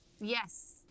Yes